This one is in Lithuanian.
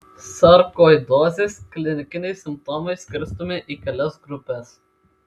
sarkoidozės klinikiniai simptomai skirstomi į kelias grupes